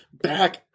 back